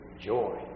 joy